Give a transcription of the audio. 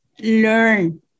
learn